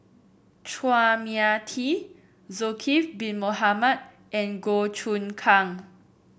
Chua Mia Tee Zulkifli Bin Mohamed and Goh Choon Kang